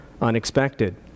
unexpected